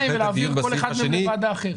ולהעביר כל אחד מהם לוועדה אחרת.